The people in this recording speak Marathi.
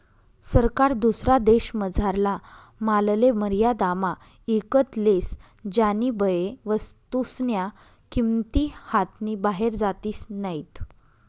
सरकार दुसरा देशमझारला मालले मर्यादामा ईकत लेस ज्यानीबये वस्तूस्न्या किंमती हातनी बाहेर जातीस नैत